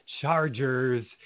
Chargers